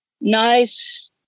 nice